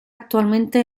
actualmente